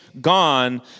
gone